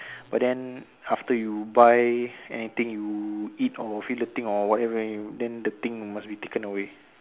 but then after you buy anything you eat or feel the thing or whatever then y~ then the thing must be taken away